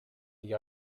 the